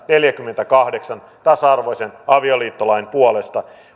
neljänkymmenenkahdeksan tasa arvoisen avioliittolain puolesta